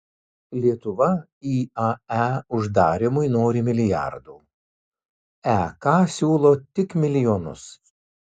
lietuva iae uždarymui nori milijardų ek siūlo tik milijonus